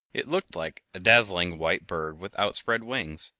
it looked like a dazzling white bird with outspread wings.